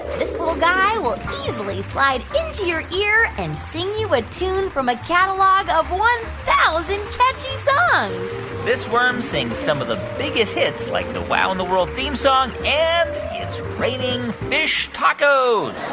this little guy will easily slide into your ear and sing you a tune from a catalog of one thousand catchy songs this worm sings some of the biggest hits like the wow in the world theme song and it's raining fish tacos.